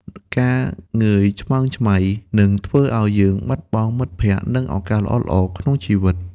ការងើយឆ្មើងឆ្មៃ នឹងធ្វើឱ្យយើងបាត់បង់មិត្តភក្តិ និងឱកាសល្អៗក្នុងជីវិត។